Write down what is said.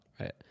Right